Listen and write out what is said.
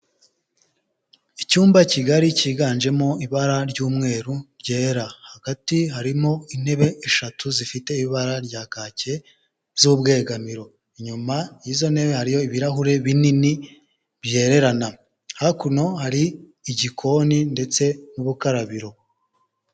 Icyumba kigari cyiganjemo ibara ry'umweru ryera. Hagati harimo intebe eshatu zifite ibara rya kake z'ubwugamiro. Inyuma y'izo ntebe hariyo ibirahure binini byererana. Hakuno hari igikoni ndetse n'ubukarabiro.